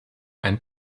ein